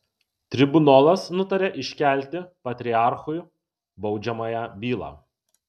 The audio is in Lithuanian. tribunolas nutaria iškelti patriarchui baudžiamąją bylą